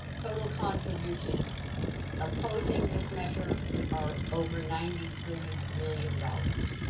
total contributions opposing this measure are over ninety three million dollars.